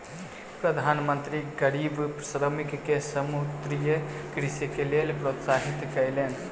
प्रधान मंत्री गरीब श्रमिक के समुद्रीय कृषिक लेल प्रोत्साहित कयलैन